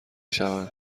شوند